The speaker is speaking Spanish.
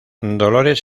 dolores